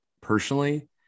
personally